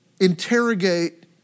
interrogate